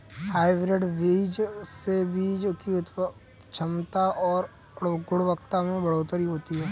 hybrid बीज से बीज की उत्पादन क्षमता और गुणवत्ता में बढ़ोतरी होती है